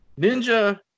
Ninja